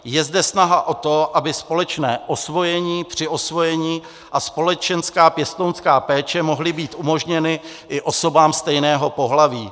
Je zde snaha o to, aby společné osvojení, přiosvojení a společenská (?) pěstounská péče mohly být umožněny i osobám stejného pohlaví.